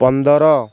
ପନ୍ଦର